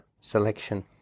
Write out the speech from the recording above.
selection